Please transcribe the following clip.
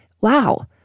wow